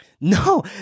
No